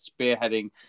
spearheading